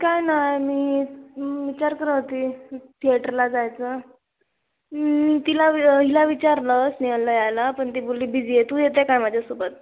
काय नाही मी विचार करत होती थिएटरला जायचं तिला हिला विचारलं स्नेहलला यायला पण ती बोलली बिझी आहे तू येते काय माझ्यासोबत